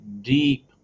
Deep